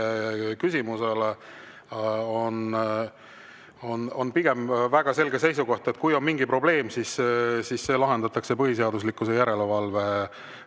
küsimusele on väga selge seisukoht, et kui on mingi probleem, siis see lahendatakse põhiseaduslikkuse järelevalve